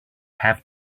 have